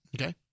Okay